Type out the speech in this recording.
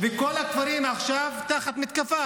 וכל הכפרים תחת מתקפה